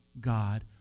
God